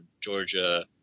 Georgia